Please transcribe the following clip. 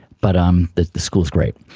but um the the school is great.